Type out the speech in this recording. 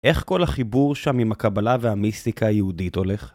איך כל החיבור שם עם הקבלה והמיסטיקה היהודית הולך?